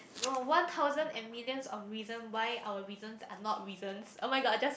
or one thousand and millions of reason why our reasons are not reasons oh-my-god I just